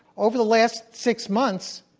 over the last six months,